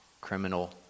criminal